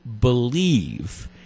believe